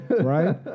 right